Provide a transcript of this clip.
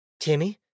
Timmy